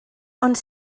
ond